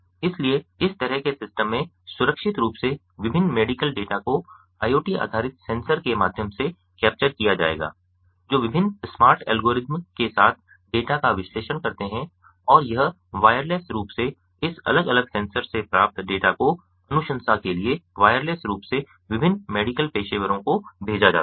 इसलिए इस तरह के सिस्टम में सुरक्षित रूप से विभिन्न मेडिकल डेटा को IoT आधारित सेंसर के माध्यम से कैप्चर किया जाएगा जो विभिन्न स्मार्ट एल्गोरिदम के साथ डेटा का विश्लेषण करते हैं और यह वायरलेस रूप से इस अलग अलग सेंसर से प्राप्त डेटा को अनुशंसा के लिए वायरलेस रूप से विभिन्न मेडिकल पेशेवरों को भेजा जाता है